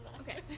Okay